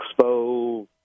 Expo